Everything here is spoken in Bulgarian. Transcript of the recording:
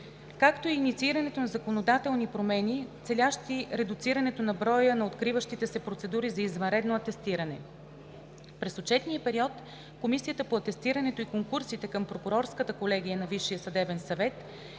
както и инициирането на законодателни промени, целящи редуцирането на броя на откриващите се процедури за извънредно атестиране. През отчетния период Комисията по атестирането и конкурсите към Прокурорската колегия на Висшия съдебен съвет